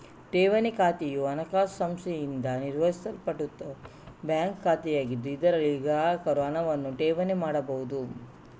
ಠೇವಣಿ ಖಾತೆಯು ಹಣಕಾಸು ಸಂಸ್ಥೆಯಿಂದ ನಿರ್ವಹಿಸಲ್ಪಡುವ ಬ್ಯಾಂಕ್ ಖಾತೆಯಾಗಿದ್ದು, ಇದರಲ್ಲಿ ಗ್ರಾಹಕರು ಹಣವನ್ನು ಠೇವಣಿ ಮಾಡಬಹುದು